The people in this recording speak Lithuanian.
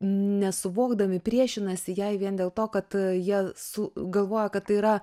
nesuvokdami priešinasi jai vien dėl to kad jie su galvoja kad yra